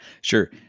Sure